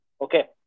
Okay